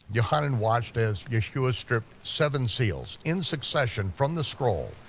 yochanan watched as yeshua stripped seven seals, in succession, from the scroll,